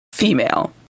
Female